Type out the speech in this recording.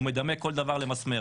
הוא מדמה כל דבר למסמר.